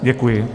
Děkuji.